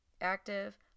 active